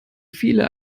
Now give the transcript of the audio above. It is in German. viele